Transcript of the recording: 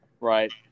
Right